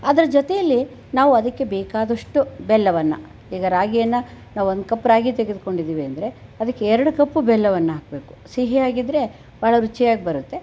ಅದರ ಜೊತೆಯಲ್ಲಿ ನಾವು ಅದಕ್ಕೆ ಬೇಕಾದಷ್ಟು ಬೆಲ್ಲವನ್ನು ಈಗ ರಾಗಿಯನ್ನು ನಾವು ಒಂದು ಕಪ್ ರಾಗಿ ತೆಗೆದುಕೊಂಡಿದ್ದೀವಿ ಅಂದರೆ ಅದಕ್ಕೆ ಎರಡು ಕಪ್ ಹಾಕ್ಬೇಕು ಸಿಹಿಯಾಗಿದ್ದರೆ ಬಹಳ ರುಚಿಯಾಗಿ ಬರುತ್ತೆ